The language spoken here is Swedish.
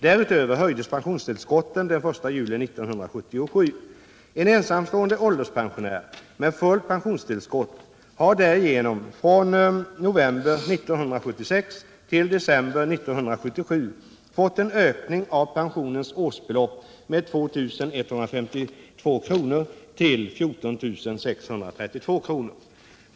Därutöver höjdes pensionstillskotten den 1 juli 1977. En ensamstående ålderspensionär med fullt pensionstillskott har därigenom från november 1976 till december 1977 fått en ökning av pensionens årsbelopp med 2152 kr. till 14 632 kr.